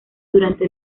durante